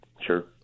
Sure